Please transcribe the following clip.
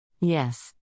Yes